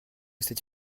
cette